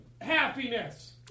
happiness